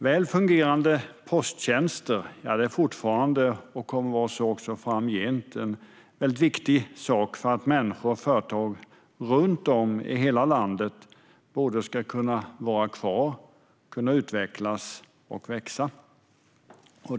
Väl fungerande posttjänster är fortfarande och kommer också framgent att vara något väldigt viktigt för att människor och företag runt om i hela landet ska kunna både vara kvar och utvecklas och växa.